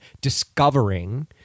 discovering